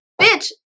bitch